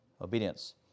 obedience